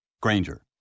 Granger